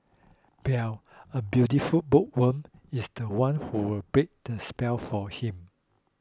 Belle a beautiful bookworm is the one who will break the spell for him